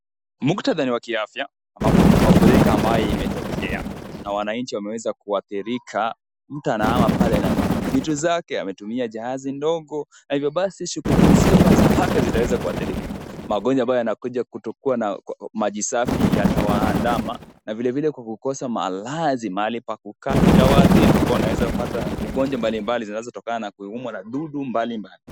Muktadha ni wa kiafya. Ambapo kuna mafuliko ambayo imetokea. Na wananchi wameweza kuathirika. Mtu anahama pale na viti zake ametumia jahazi ndogo. Na hivyo basi shughuli nzima za afya zitaweza kuathirika. Magonjwa ambayo yanakuja kutokuwa na maji safi yatawaandama. Na vile vile kwa kukosa malazi mahali pakukaa itaawaathiri pakuwa wanaweza kupata ugonjwa mbalimbali zinazotokana na dudu mbalimbali.